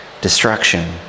destruction